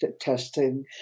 testing